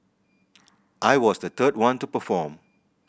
I was the third one to perform